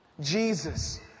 Jesus